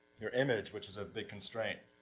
your image, which is a big constraint.